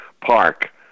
park